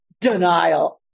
denial